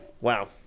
wow